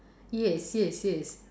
yes yes yes